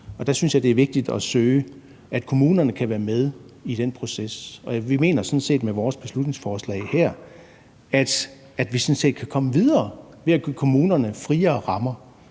det er vigtigt at forsøge at få kommunerne med i den proces. Vi mener sådan set, at man med vores beslutningsforslag her kan komme videre ved at give kommunerne friere rammer